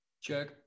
Check